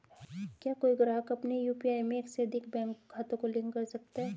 क्या कोई ग्राहक अपने यू.पी.आई में एक से अधिक बैंक खातों को लिंक कर सकता है?